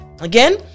Again